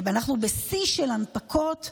ואנחנו בשיא של הנפקות,